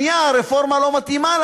הרפורמה לא מתאימה לה,